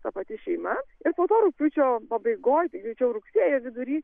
ta pati šeima ir po to rugpjūčio pabaigoj greičiau rugsėjo vidury